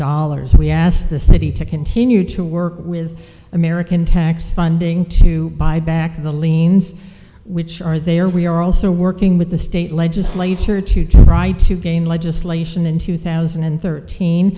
dollars we asked the city to continue to work with american tax funding to buy back the liens which are there we are also working with the state legislature to try to gain legislation in two thousand and thirteen